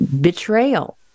betrayal